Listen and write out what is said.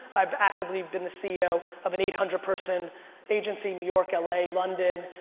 i've actively been the ceo of an eight hundred person agency in new york, l a, london,